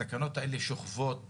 התקנות האלה שוכבות